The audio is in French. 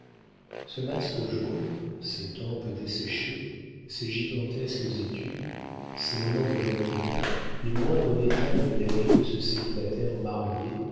ce masque jaune ces tempes desséchées ces gigantesques études ces moments de rêverie les moindres détails de la vie de ce célibataire marié